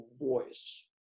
voice